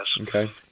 Okay